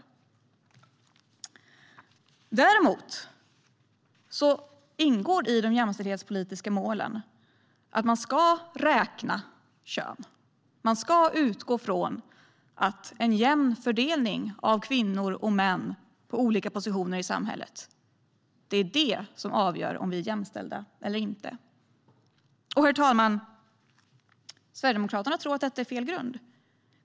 Däremot ingår i de jämställdhetspolitiska målen att man ska räkna kön och utgå från att en jämn fördelning av kvinnor och män på olika positioner i samhället avgör om vi är jämställda eller inte. Herr talman! Sverigedemokraterna tror att detta är fel grund.